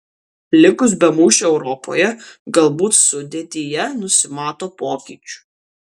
likus be mūšių europoje galbūt sudėtyje nusimato pokyčių